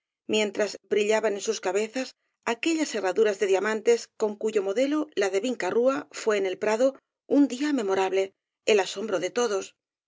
mientras brillaban en sus cabezas aquellas herraduras de diamantes con cuyo modelo la de vinca rúa fué en el prado un día memorable el asombro de todos